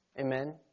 Amen